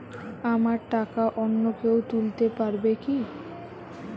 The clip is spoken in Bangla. আমার টাকা অন্য কেউ তুলতে পারবে কি?